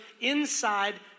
inside